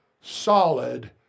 solid